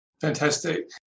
Fantastic